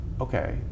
okay